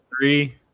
three